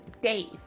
Dave